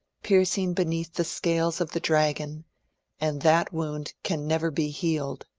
piercing beneath the scales of the dragon and that wound can never be healed.